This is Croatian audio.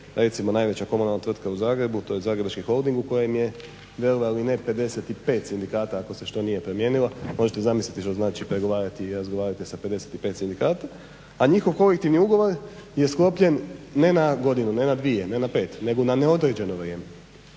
recimo najveća komunalna tvrtka u Zagrebu, to je Zagrebački holding u kojemu je vjerovali ili ne 55 sindikata, ako se što nije promijenilo. Možete zamisliti što znači pregovarati i razgovarati sa 55 sindikata. A njihov kolektivni ugovor je sklopljen ne na godinu, ne na dvije, ne na pet nego na neodređeno vrijeme.